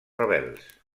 rebels